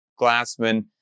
Glassman